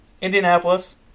Indianapolis